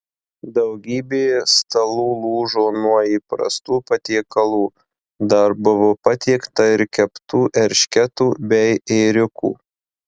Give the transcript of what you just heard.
daugybė stalų lūžo nuo įprastų patiekalų dar buvo patiekta ir keptų eršketų bei ėriukų